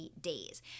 days